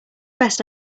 best